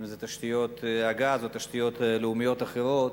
אם תשתיות הגז או תשתיות לאומיות אחרות,